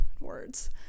words